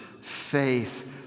faith